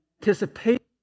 anticipation